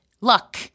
luck